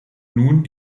nun